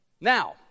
Now